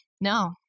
No